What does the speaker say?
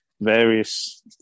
Various